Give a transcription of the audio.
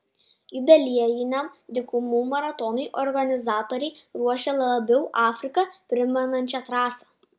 jubiliejiniam dykumų maratonui organizatoriai ruošia labiau afriką primenančią trasą